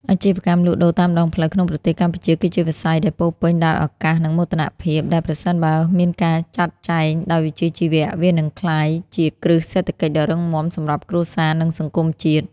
អាជីវកម្មលក់ដូរតាមដងផ្លូវក្នុងប្រទេសកម្ពុជាគឺជាវិស័យដែលពោរពេញដោយឱកាស និងមោទនភាព ដែលប្រសិនបើមានការចាត់ចែងដោយវិជ្ជាជីវៈ វានឹងក្លាយជាគ្រឹះសេដ្ឋកិច្ចដ៏រឹងមាំសម្រាប់គ្រួសារ និងសង្គមជាតិ។